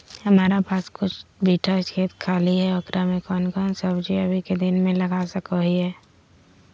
हमारा पास कुछ बिठा खेत खाली है ओकरा में कौन कौन सब्जी अभी के दिन में लगा सको हियय?